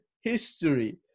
history